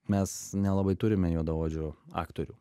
mes nelabai turime juodaodžių aktorių